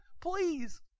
Please